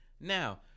Now